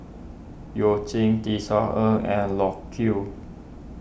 You Jin Tisa Ng and Loke Yew